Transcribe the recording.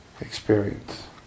experience